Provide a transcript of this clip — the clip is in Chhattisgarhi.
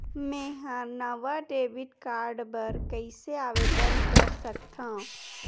मेंहा नवा डेबिट कार्ड बर कैसे आवेदन कर सकथव?